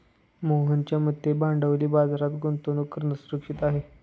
मोहनच्या मते भांडवली बाजारात गुंतवणूक करणं सुरक्षित आहे